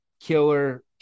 killer